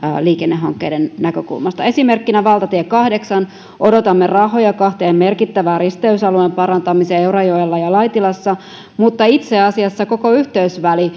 liikennehankkeiden näkökulmasta esimerkkinä valtatie kahdeksan odotamme rahoja kahden merkittävän risteysalueen parantamiseen eurajoella ja laitilassa mutta itse asiassa koko yhteysväli